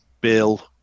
bill